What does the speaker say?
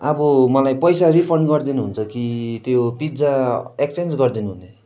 अब मलाई पैसा रिफन्ड गरिदिनु हुन्छ कि त्यो पिज्जा एक्सचेन्ज गरिदिनु हुने